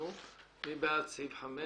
מי בעד סעיף 5?